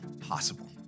possible